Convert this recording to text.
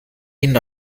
ihnen